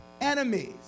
enemies